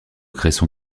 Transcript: cresson